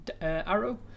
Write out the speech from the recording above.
arrow